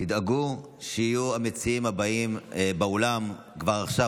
תדאגו שיהיו המציעים הבאים באולם כבר עכשיו.